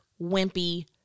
wimpy